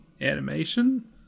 animation